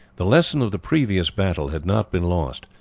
the lesson of the previous battle had not been lost,